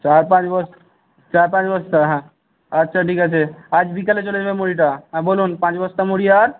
চার পাঁচ চার পাঁচ বস্তা হ্যাঁ আচ্ছা ঠিক আছে আজ বিকালে চলে যাবে মুড়িটা আর বলুন পাঁচ বস্তা মুড়ি আর